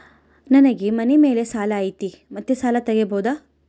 ನನಗೆ ಮನೆ ಮೇಲೆ ಸಾಲ ಐತಿ ಮತ್ತೆ ಸಾಲ ತಗಬೋದ?